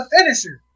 finisher